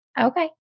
Okay